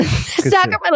Sacramento